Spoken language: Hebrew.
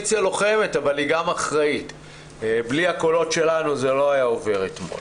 בלי הקולות שלנו זה לא היה עובר אתמול.